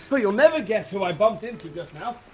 so you'll never guess who i bumped into just now?